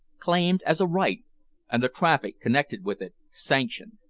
claimed as a right and the traffic connected with it sanctioned.